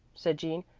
said jean.